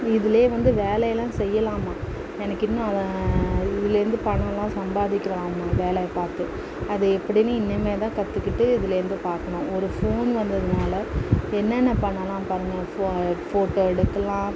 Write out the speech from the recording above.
இதிலே வந்து வேலையெலாம் செய்யலாமாம் எனக்கு இன்னும் அதை இதிலேந்து பணமெலாம் சம்பாதிக்கலாமாம் வேலை பார்த்து அது எப்படினு இனிமே தான் கற்றுக்கிட்டு இதிலேந்து பார்க்கணும் ஒரு ஃபோன் வந்ததுனால் என்னென்ன பண்ணலாம் பாருங்க ஃபோ ஃபோட்டோ எடுக்கலாம்